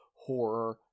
horror